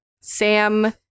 Sam